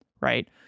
right